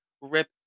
rip